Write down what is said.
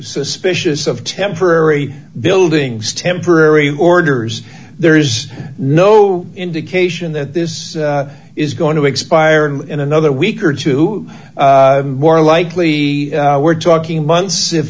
suspicious of temporary buildings temporary orders there's no indication that this is going to expire and in another week or two more likely we're talking months if